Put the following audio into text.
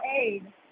aid